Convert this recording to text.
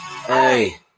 Hey